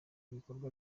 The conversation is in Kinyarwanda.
ibikorwa